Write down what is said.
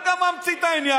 אתה גם ממציא את העניין,